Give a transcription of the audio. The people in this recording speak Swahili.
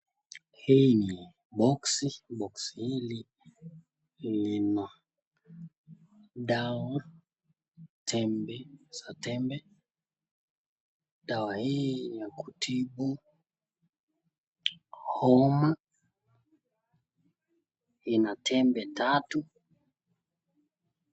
Hii ni boksi, boksi hili lina dawa za tembe, dawi hii inatibu homa, lina tembe tatu.